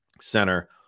center